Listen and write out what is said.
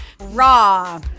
Raw